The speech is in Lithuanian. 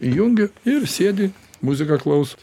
įjungia ir sėdi muziką klauso